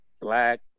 black